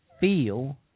feel